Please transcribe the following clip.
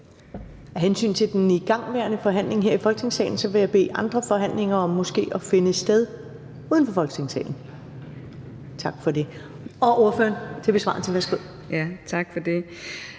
Af hensyn til den igangværende forhandling her i Folketingssalen vil jeg bede om, at andre forhandlinger måske kan finde sted uden for Folketingssalen. Tak for det. Så er det ordføreren til besvarelse. Værsgo. Kl.